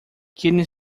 kidney